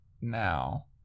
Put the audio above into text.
now